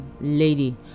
lady